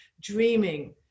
dreaming